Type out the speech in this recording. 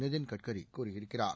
நிதின் கட்கரி கூறியிருக்கிறார்